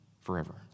forever